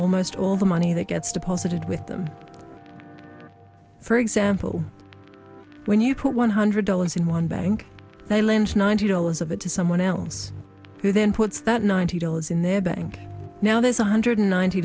almost all the money that gets deposited with them for example when you put one hundred dollars in one bank they lynch ninety dollars of it to someone else who then puts that ninety dollars in their bank now there's one hundred ninety